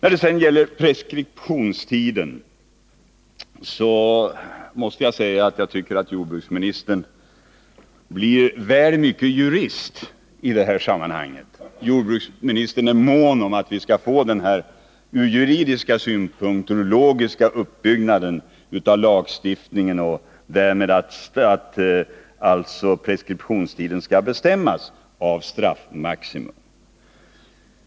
Beträffande preskriptionstiden måste jag säga att jag tycker att jordbruksministern blir väl mycket jurist — han är väl mån om att vi skall få en ur juridisk synpunkt logisk uppbyggnad av lagstiftningen — och att därmed preskriptionstiden skall bestämmas av ett straffmaximum.